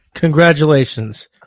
Congratulations